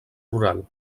rural